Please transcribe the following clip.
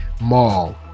mall